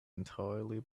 entirely